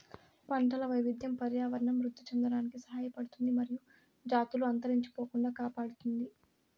పంటల వైవిధ్యం పర్యావరణం వృద్ధి చెందడానికి సహాయపడుతుంది మరియు జాతులు అంతరించిపోకుండా కాపాడుతుంది